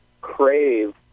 crave